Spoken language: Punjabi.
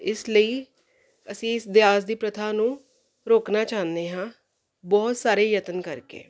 ਇਸ ਲਈ ਅਸੀਂ ਇਸ ਦਾਜ ਦੀ ਪ੍ਰਥਾ ਨੂੰ ਰੋਕਣਾ ਚਾਹੁੰਦੇ ਹਾਂ ਬਹੁਤ ਸਾਰੇ ਯਤਨ ਕਰਕੇ